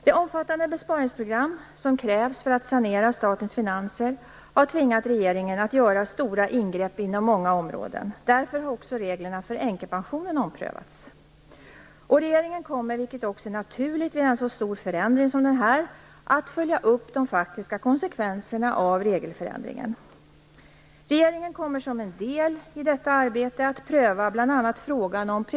Det omfattande besparingsprogram som krävs för att sanera statens finanser har tvingat regeringen att göra stora ingrepp inom många områden. Därför har också reglerna för änkepensionen omprövats. Regeringen kommer, vilket också är naturligt vid en så stor förändring som denna, att följa upp de faktiska konsekvenserna av regelförändringen. Regeringen kommer som en del i detta arbete att pröva bl.a.